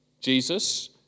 Jesus